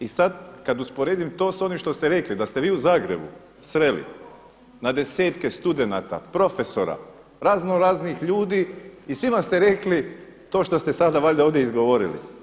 I sada kada usporedim to s onim što ste rekli da ste vi u Zagrebu sreli na 10-tke studenata, profesora, razno-raznih ljudi i svima ste rekli to što ste sada valjda ovdje izgovorili.